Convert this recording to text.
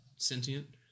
sentient